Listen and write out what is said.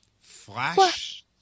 Flash